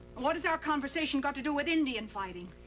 what does our conversation got to do with indian fighting?